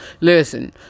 listen